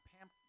Pam